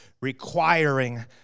requiring